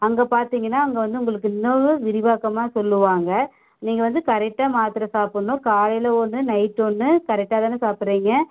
அங்கே பார்த்தீங்கன்னா அங்கே வந்து உங்களுக்கு இன்னவும் விரிவாக்கமாக சொல்லுவாங்க நீங்கள் வந்து கரெக்டாக மாத்தரை சாப்பிட்ணும் காலையில் ஒன்று நைட் ஒன்று கரெக்டாக தானே சாப்பிட்றீங்க